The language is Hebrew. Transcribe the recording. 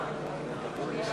56 נגד.